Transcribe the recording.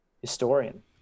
historian